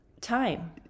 time